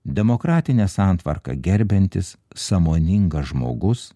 demokratinę santvarką gerbiantis sąmoningas žmogus